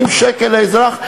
180 שקל לאזרח.